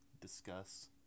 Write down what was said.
discuss